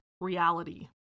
reality